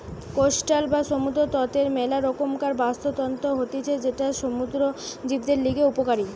coastal বা সমুদ্র তটের মেলা রকমকার বাস্তুতন্ত্র হতিছে যেটা সমুদ্র জীবদের লিগে উপকারী